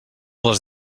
les